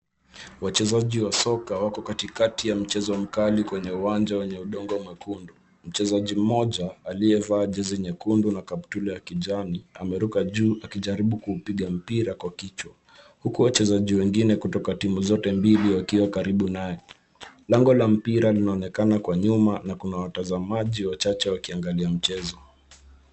Wachezaji wa soka wako katikati ya mchezo mkali kwenye uwanja wenye udongo mwekundu. Mchezaji mmoja aliyevaa jezi nyekundu na kaptula ya kijani, ameruka juu akijaribu kuupiga mpira kwa kichawa. Huku wachezaji wengine kutoka timu zote mbili wakiwa pamoja naye. Lango la mpira linaonekana kwa nyuma na kuna watazamaji wachache wakiangalia mchezo.